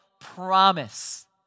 promise